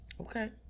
Okay